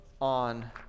on